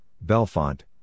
Belfont